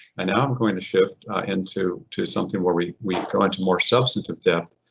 and now i'm going to shift into to something where we we go into more substantive depth,